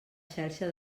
xarxa